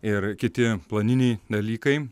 ir kiti planiniai dalykai